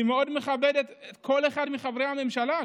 אני מאוד מכבד כל אחד מחברי הממשלה,